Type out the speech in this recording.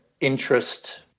interest